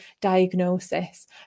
diagnosis